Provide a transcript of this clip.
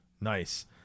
Nice